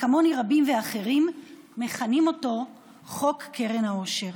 וכמוני רבים אחרים מכנים אותו "חוק קרן העושר".